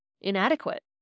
inadequate